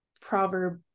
proverb